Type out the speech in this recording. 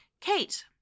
Kate